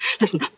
Listen